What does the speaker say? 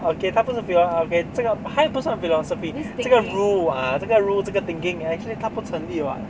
okay 它不是 philo~ okay 这个它又不算 philosophy ah 这个 rule ah 这个 rule 这个 thinking actually 它不成立 [what]